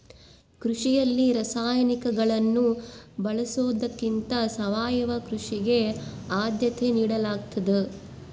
ಕೃಷಿಯಲ್ಲಿ ರಾಸಾಯನಿಕಗಳನ್ನು ಬಳಸೊದಕ್ಕಿಂತ ಸಾವಯವ ಕೃಷಿಗೆ ಆದ್ಯತೆ ನೇಡಲಾಗ್ತದ